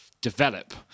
develop